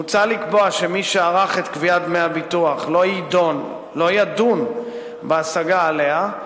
מוצע לקבוע שמי שערך את קביעת דמי הביטוח לא ידון בהשגה עליה,